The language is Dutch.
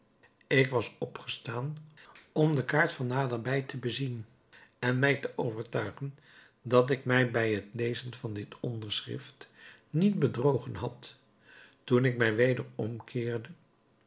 ik was opgestaan om de kaart van naderbij te bezien en mij te overtuigen dat ik mij bij het lezen van dit onderschrift niet bedrogen had toen ik mij weder omkeerde